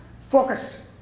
focused